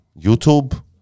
YouTube